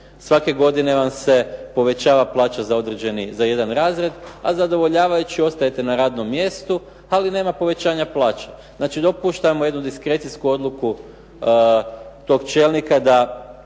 svake godine vam se povećava plaća za određeni jedan razred, a zadovoljavajući ostajete na radnom mjestu, ali nema povećanja plaće. Znači dopuštamo jednu diskrecijsku odluku tog čelnika da